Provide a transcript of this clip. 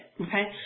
okay